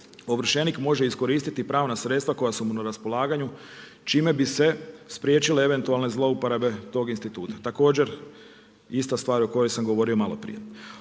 ovršenik može iskoristit pravo na sredstva koja su mu na raspolaganju, čime bi se spriječile, eventualne zlouporabe tog instituta. Također, ista stvar o kojoj sam govorio maloprije.